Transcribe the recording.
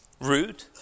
rude